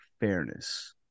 fairness